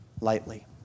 lightly